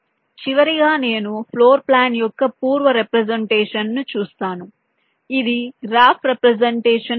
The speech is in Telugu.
చివరగా నేను ఫ్లోర్ ప్లాన్ యొక్క పూర్వ రిప్రెసెంటేషన్ ను చూస్తాను ఇది గ్రాఫ్ రిప్రెసెంటేషన్ కూడా